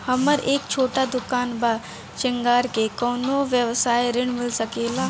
हमर एक छोटा दुकान बा श्रृंगार के कौनो व्यवसाय ऋण मिल सके ला?